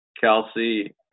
Kelsey